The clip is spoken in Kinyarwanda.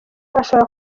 ashobora